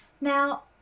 Now